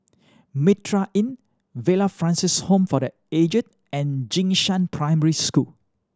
Mitraa Inn Villa Francis Home for The Aged and Jing Shan Primary School